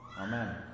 Amen